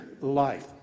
life